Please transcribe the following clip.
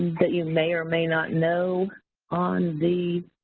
that you may or may not know on the.